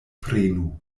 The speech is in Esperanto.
prenu